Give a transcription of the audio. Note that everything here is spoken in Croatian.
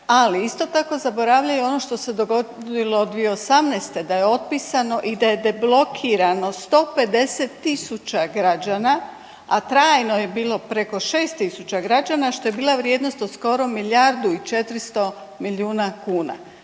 Ali isto tako zaboravlja i ono što se dogodilo 2018. da je otpisano i da je deblokirano 150 000 građana, a trajno je bilo preko 6000 građana što je bila vrijednost od skoro milijardu i 400 milijuna kuna.